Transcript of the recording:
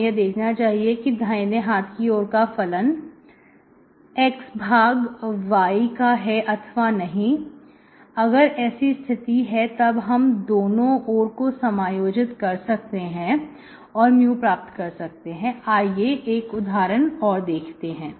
हमें यह देखना चाहिए कि दाहिने हाथ की ओर का फलन x भाग y का है अथवा नहीं अगर ऐसी स्थिति है तब हम दोनों और को समायोजित कर सकते हैं और mu प्राप्त कर सकते हैं आइए एक उदाहरण देखते हैं